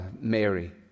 Mary